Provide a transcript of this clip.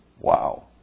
Wow